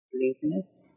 laziness